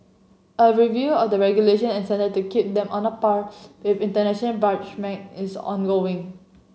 a review of the regulation and standard to keep them on a par with international is ongoing